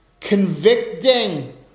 convicting